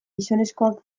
gizonezkoak